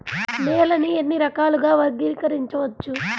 నేలని ఎన్ని రకాలుగా వర్గీకరించవచ్చు?